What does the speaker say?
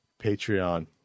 Patreon